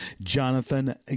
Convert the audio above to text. Jonathan